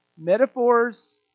Metaphors